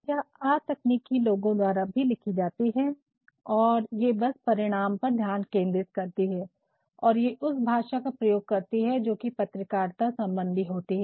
और ये अतकनीकी लोगो द्वारा भी लिखी जाती है और ये बस परिणाम पर ध्यान केंद्रित करती है और ये उस भाषा का प्रयोग करती है जोकि पत्रकारिता सम्बन्धी होती है